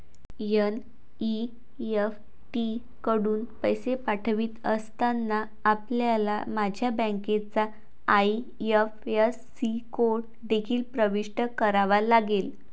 NEFT कडून पैसे पाठवित असताना, आपल्याला माझ्या बँकेचा आई.एफ.एस.सी कोड देखील प्रविष्ट करावा लागेल